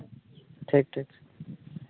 ᱴᱷᱤᱠ ᱴᱷᱤᱠ